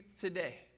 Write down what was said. today